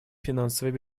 финансовой